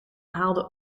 haalde